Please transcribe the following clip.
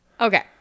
Okay